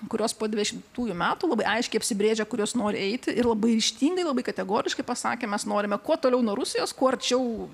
kurios po dvidešimtųjų metų labai aiškiai apsibrėžia kur jos nori eiti ir labai ryžtingai labai kategoriškai pasakė mes norime kuo toliau nuo rusijos kuo arčiau